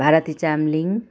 Bharati Chamling